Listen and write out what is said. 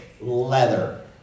leather